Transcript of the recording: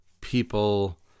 people